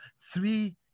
three